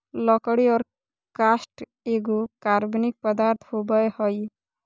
लकड़ी और काष्ठ एगो कार्बनिक पदार्थ होबय हइ